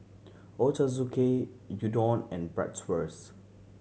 Ochazuke Udon and Bratwurst